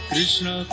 Krishna